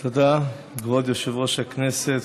תודה, כבוד יושב-ראש הכנסת.